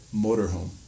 motorhome